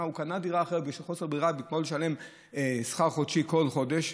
הוא קנה דירה אחרת מחוסר ברירה במקום לשלם שכר דירה כל חודש,